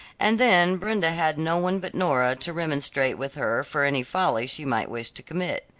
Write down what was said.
and then brenda had no one but nora to remonstrate with her for any folly she might wish to commit.